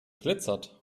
glitzert